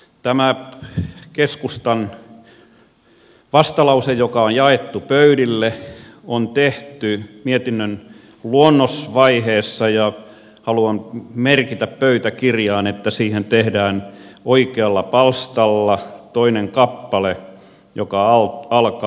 tämä keskustan vastalause joka on jaettu pöydille on tehty mietinnön luonnosvaiheessa ja haluan merkitä pöytäkirjaan että siitä poistetaan osa oikealta palstalta toinen kappale joka alkaa